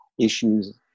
issues